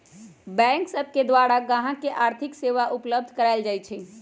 bank सब के द्वारा गाहक के आर्थिक सेवा उपलब्ध कराएल जाइ छइ